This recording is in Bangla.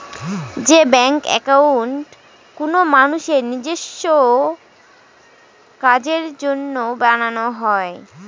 যে ব্যাঙ্ক একাউন্ট কোনো মানুষের নিজেস্ব কাজের জন্য বানানো হয়